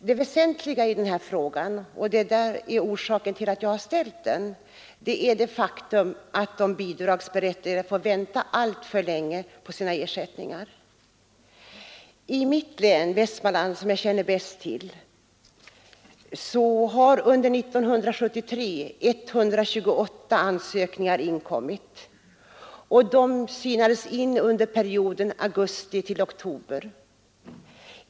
Det väsentliga i den här frågan och orsaken till att jag ställt den är det faktum att de bidragsberättigade får vänta alltför länge på sina ersättningar. I mitt län — Västmanlands — som jag känner bäst till, har 128 ansökningar inkommit under år 1973. De synades in under perioden augusti-oktober.